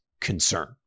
concern